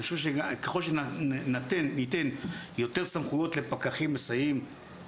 אני חושב שככל שניתן לפקחים מסייעים יותר סמכויות,